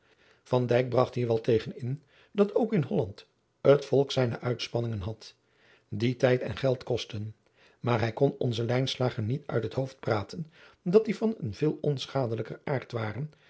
bragt hier wel tegen in dat ook in holland het volk zijne uitspanningen had die tijd en geld kostten maar hij kon onzen lijnslager niet uit het hoofd praten dat die van een veel onschadelijker